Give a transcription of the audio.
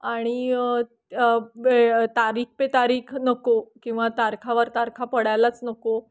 आणि तारीख पे तारीख नको किंवा तारखावर तारखा पडायलाच नको